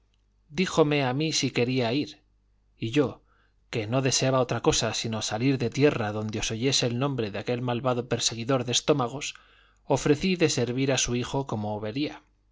díjome a mí si quería ir y yo que no deseaba otra cosa sino salir de tierra donde se oyese el nombre de aquel malvado perseguidor de estómagos ofrecí de servir a su hijo como vería